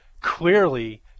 clearly